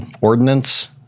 ordinance